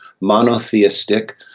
monotheistic